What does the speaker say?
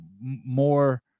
more